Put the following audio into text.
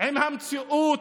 עם המציאות,